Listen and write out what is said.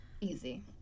Easy